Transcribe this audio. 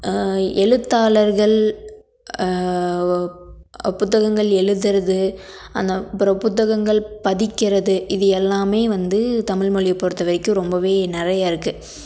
எழுத்தாளர்கள் புத்தகங்கள் எழுதறது அந்த அப்புறம் புத்தகங்கள் பதிக்கிறது இது எல்லாமே வந்து தமிழ் மொழியை பொறுத்தவரைக்கும் ரொம்பவே நிறைய இருக்குது